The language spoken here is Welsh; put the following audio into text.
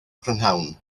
prynhawn